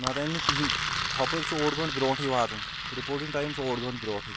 نتہٕ انٛدِ نہٕ کہینۍ ہۄپٲرۍ چھُ اوٚڈ گنٛٹہٕ برونٹھی واتُن رِپورٹنگ ٹایم چھُ اوٚڈ گنٛٹہٕ برونٛٹھے